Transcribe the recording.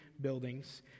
buildings